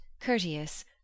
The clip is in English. courteous